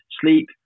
sleep